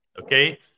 Okay